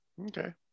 okay